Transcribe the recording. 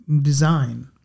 design